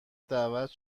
دعوت